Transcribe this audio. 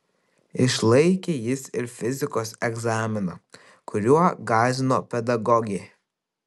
išlaikė jis ir fizikos egzaminą kuriuo gąsdino pedagogė